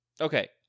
Okay